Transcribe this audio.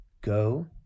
go